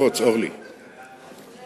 חוק ההוצאה לפועל (תיקון מס' 29)